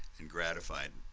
and gratified.